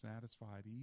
satisfied